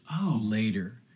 later